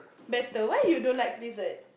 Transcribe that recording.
better why you don't like lizard